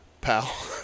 pal